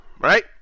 right